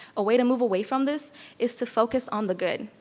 a way to move away from this is to focus on the good.